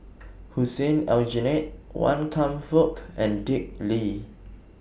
Hussein Aljunied Wan Kam Fook and Dick Lee